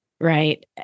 right